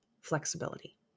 flexibility